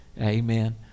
amen